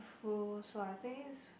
full~ so I think it's